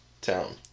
town